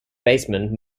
baseman